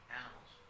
animals